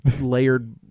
layered